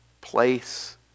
place